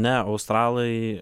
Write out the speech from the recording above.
ne australai